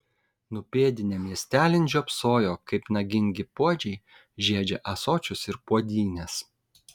nupėdinę miestelin žiopsojo kaip nagingi puodžiai žiedžia ąsočius ir puodynes